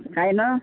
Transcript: काय नं